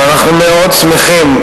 ואנחנו מאוד שמחים,